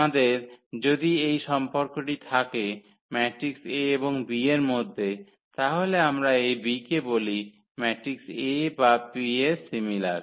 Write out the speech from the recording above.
আমাদের যদি এই সম্পর্কটি থাকে ম্যাট্রিক্স A এবং B এর মধ্যে তাহলে আমরা এই B কে বলি ম্যাট্রিক্স A বা B এর সিমিলার